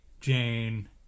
Jane